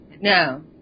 No